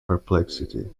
perplexity